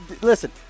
Listen